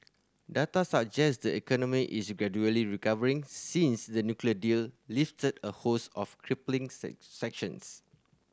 data suggest the economy is gradually recovering since the nuclear deal lifted a host of crippling sanctions